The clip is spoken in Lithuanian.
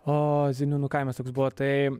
o ziniūnų kaimas toks buvo tai